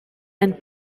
and